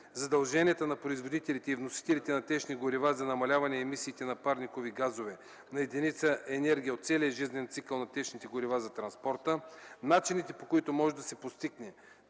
задълженията на производителите и вносителите на течни горива за намаляване емисиите на парникови газове на единица енергия от целия жизнен цикъл на течните горива за транспорта; - начините, по които може да се постигне